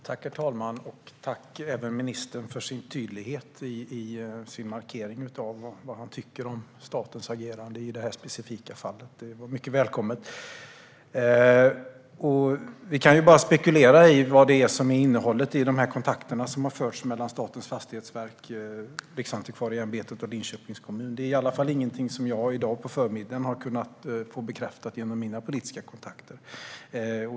Herr talman! Jag vill tacka ministern för hans tydliga markering om vad han tycker om statens agerande i detta specifika fall. Det var mycket välkommet. Vi kan bara spekulera om innehållet i kontakterna mellan Statens fastighetsverk, Riksantikvarieämbetet och Linköpings kommun. Det är i alla fall inget som jag i dag på förmiddagen har kunnat få bekräftat genom mina politiska kontakter.